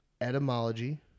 Etymology